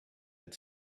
had